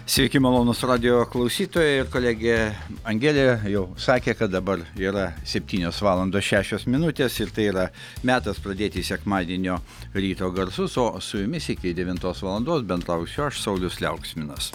sveiki malonūs radijo klausytojai ir kolegė angelė jau sakė kad dabar yra septynios valandos šešios minutės ir tai yra metas pradėti sekmadienio ryto garsus o su jumis iki devintos valandos bendrausiu aš saulius liauksminas